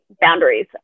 boundaries